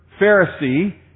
Pharisee